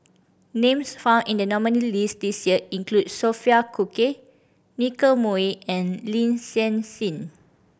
names found in the nominees' list this year include Sophia Cooke Nicky Moey and Lin San Hsin